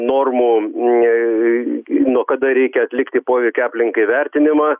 normų nuo kada reikia atlikti poveikio aplinkai vertinimą